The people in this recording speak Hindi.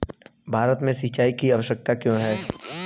भारत में सिंचाई की आवश्यकता क्यों है?